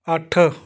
ਅੱਠ